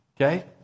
Okay